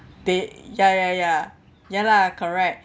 they ya ya ya ya lah correct